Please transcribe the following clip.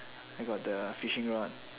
I got the fishing rod